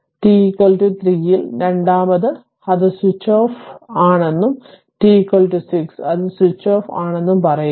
അതിനാൽ t 3 ൽ രണ്ടാമത് അത് സ്വിച്ച് ഓഫ് ആണെന്നും t 6 അത് സ്വിച്ച് ഓഫ് ആണെന്നും പറയുക